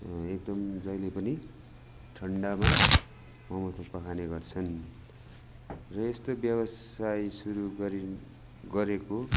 एकदम जहिल्यै पनि ठन्डामा मोमो थुक्पा खाने गर्छन् र यस्तो व्यवसाय सुरु गरि गरेको